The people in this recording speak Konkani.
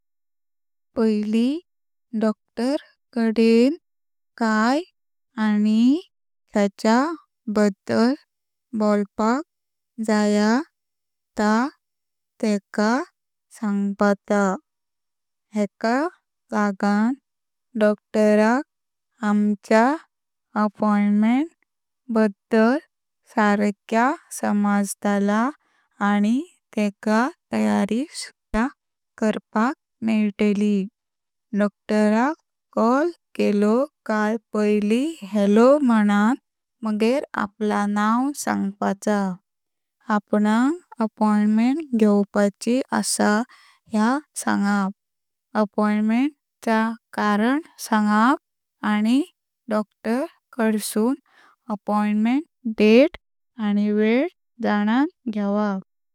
पहिली डॉक्टर कदें काए आनी खेچا बद्दल बोलपाक जाया त तेका सांगपाच्य, हेका लागान डॉक्टरक आमच्या अपॉइंटमेंट बद्दल सर्क्या समजतला आनी तका तयारी सुधा करपाक मेळतली। डॉक्टरक कॉल केलो काए पोईली हेलो म्हुनन मगे अपला नाव सांगपाच्य। आपनाक अपॉइंटमेंट घेवपाची आसा ह्य सांगपाच्य। अपॉइंटमेंट चा कारण सांगप आनी डॉक्टर कडसून अपॉइंटमेंट डेट आनी वेल जाणं घेवप।